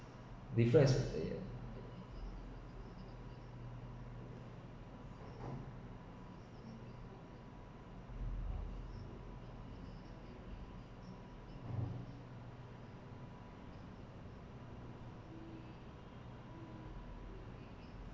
different experience